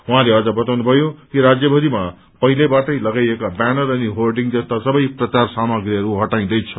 उहाँले अझ बताउनु भयो कि राज्यमरिमा पहिलेबाटै लगाइएका ब्यानर अनि होर्डिङि जस्ता सबै प्रचार सामाग्रीहरू हटाइन्दैछ